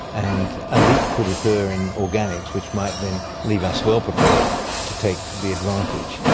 and a leap could occur in organics which might then leave us well prepared to take the advantage.